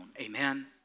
amen